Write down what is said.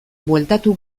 bueltatu